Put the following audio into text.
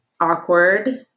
awkward